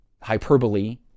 hyperbole